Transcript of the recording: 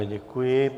Děkuji.